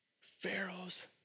Pharaoh's